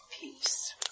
peace